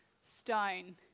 stone